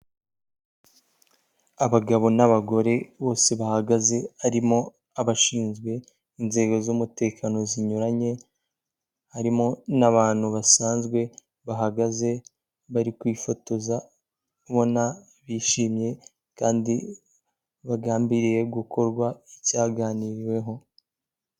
Abagabo n'abagore bose bahagaze harimo abashinzwe inzego z'umutekano zinyuranye, harimo n'abantu basanzwe bahagaze bari kwifotoza, ubona bishimye kandi bagambiriye gukora icyaganiriweho.